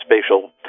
spatial